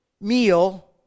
meal